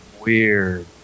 weird